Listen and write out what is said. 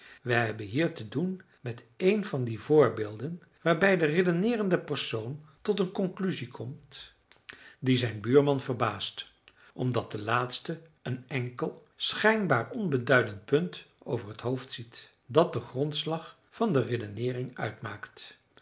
wij hebben hier te doen met een van die voorbeelden waarbij de redeneerende persoon tot een conclusie komt die zijn buurman verbaast omdat de laatste een enkel schijnbaar onbeduidend punt over t hoofd ziet dat den grondslag van de redeneering uitmaakt